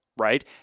right